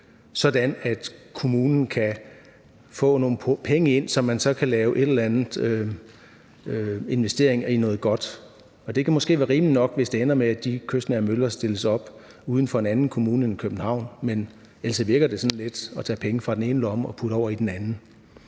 at kommunen kan få nogle penge ind, som man så kan lave en eller anden investering i noget godt for. Det kan måske være rimeligt nok, hvis det ender med, at de kystnære møller stilles op ud for en anden kommune end København, men ellers virker det lidt som at tage penge fra den ene lomme og putte over i den anden.